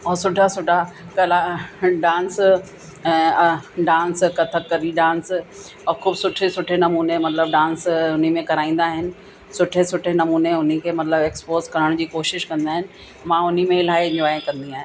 ऐं सुठा सुठा कला डांस ऐं डांस कथक कली डांस ऐं ख़ूब सुठे सुठे नमूने मतिलबु डांस उन्ही में कराईंदा आहिनि सुठे सुठे नमूने उन्ही खे मतिलबु एक्सपोस करण जी कोशिशि कंदा आहिनि मां उन्ही में इलाही इंजॉय कंदी आहियां